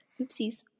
Oopsies